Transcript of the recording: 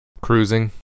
Cruising